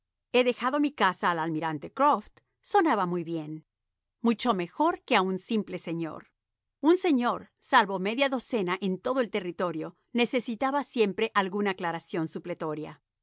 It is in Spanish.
he dejado mi casa al almirante croft sonaba muy bien mucho mejor que a un simple señor un señorsalvo media docena en todo él territorio necesitaba siempre alguna aclaración supletoria